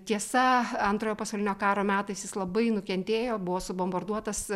tiesa antrojo pasaulinio karo metais jis labai nukentėjo buvo subombarduotas